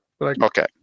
Okay